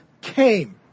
came